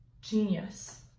Genius